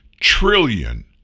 trillion